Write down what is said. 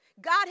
God